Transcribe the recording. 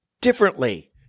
differently